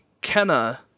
Kenna